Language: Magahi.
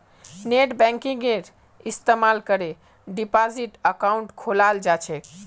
नेटबैंकिंगेर इस्तमाल करे डिपाजिट अकाउंट खोलाल जा छेक